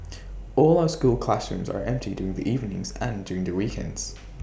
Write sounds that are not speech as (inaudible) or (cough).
(noise) all our school classrooms are empty during the evenings and during the weekends